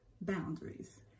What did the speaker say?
boundaries